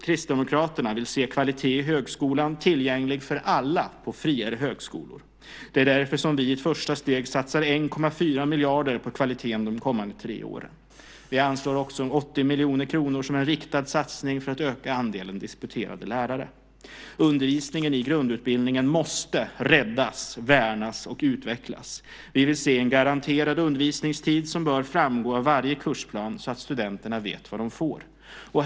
Kristdemokraterna vill se kvalitet i högskolan, tillgänglig för alla på friare högskolor. Det är därför som vi i ett första steg satsar 1,4 miljarder på kvaliteten de kommande tre åren. Vi anslår också 80 miljoner kronor som en riktad satsning för att öka andelen disputerade lärare. Undervisningen i grundutbildningen måste räddas, värnas och utvecklas. Vi vill se en garanterad undervisningstid som bör framgå av varje kursplan så att studenterna vet vad de får.